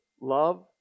love